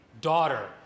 Daughter